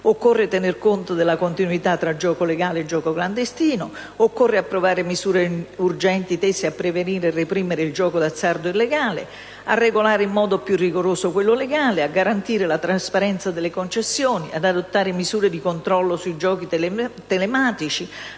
occorre tenere conto della contiguità tra gioco legale e gioco clandestino, approvare misure urgenti tese a prevenire e reprimere il gioco d'azzardo illegale, a regolare in modo più rigoroso quello legale, a garantire la trasparenza delle concessioni, ad adottare misure di controllo sui giochi telematici,